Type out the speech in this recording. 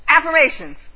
affirmations